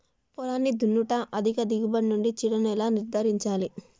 పొలాన్ని దున్నుట అధిక దిగుబడి నుండి చీడలను ఎలా నిర్ధారించాలి?